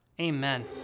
Amen